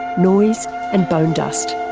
noise and bone dust,